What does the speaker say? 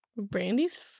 Brandy's